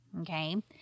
okay